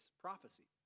prophecy